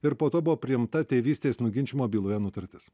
ir po to buvo priimta tėvystės nuginčijimo byloje nutartis